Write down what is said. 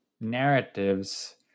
narratives